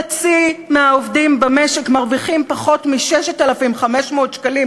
חצי מהעובדים במשק מרוויחים פחות מ-6,500 שקלים,